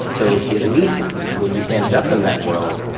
so at least when you end up in that world,